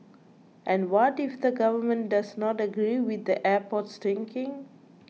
and what if the government does not agree with the airport's thinking